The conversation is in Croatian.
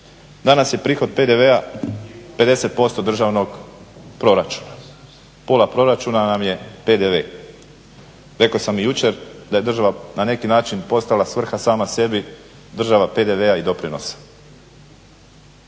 Danas je prihod od PDV-a 50% državnog proračuna, pola proračuna nam je PDV. Rekao sam u jučer da je država na neki način postala svrha sama sebi država PDV-a i doprinosa.